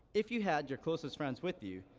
if you had your closest friends with you,